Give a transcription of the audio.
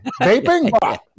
vaping